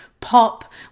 pop